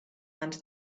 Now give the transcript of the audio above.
and